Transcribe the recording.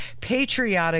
patriotic